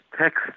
text